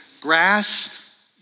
grass